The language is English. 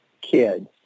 kids